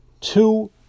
two